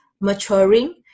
maturing